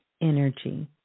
energy